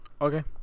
Okay